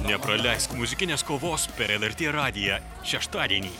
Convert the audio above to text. nepraleisk muzikinės kovos per lrt radiją šeštadienį